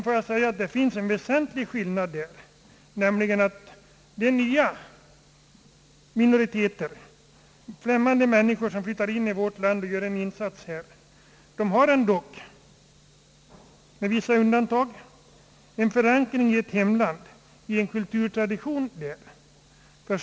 Får jag dock peka på en väsentlig skillnad här, nämligen att ifrågavarande minoriteter utgöres av människor som flyttar hit och gör en insats här, som i regel har en förankring i ett hemland, i en kulturtradition.